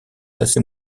assez